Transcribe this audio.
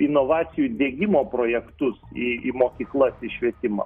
inovacijų diegimo projektus į į mokyklas į švietimą